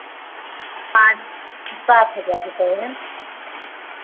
सात सात हज़ार रुपए है